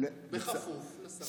בכפוף לשר הממונה.